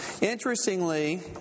interestingly